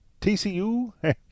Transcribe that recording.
TCU